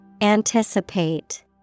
Anticipate